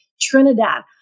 Trinidad